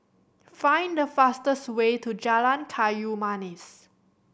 find the fastest way to Jalan Kayu Manis